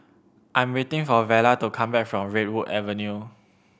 I am waiting for Vella to come back from Redwood Avenue